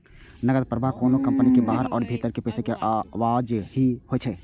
नकद प्रवाह कोनो कंपनी के बाहर आ भीतर पैसा के आवाजही होइ छै